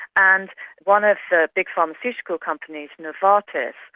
and one of the big pharmaceutical companies, norvartis,